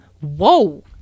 Whoa